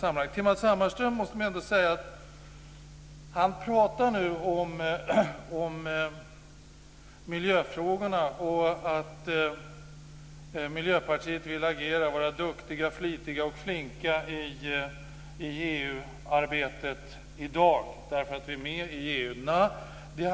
Matz Hammarström tar upp miljöfrågorna och säger att Miljöpartiet vill vara flitigt och flinkt i EU arbetet i dag därför att vi är med i EU.